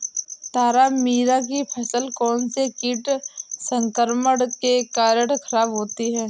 तारामीरा की फसल कौनसे कीट संक्रमण के कारण खराब होती है?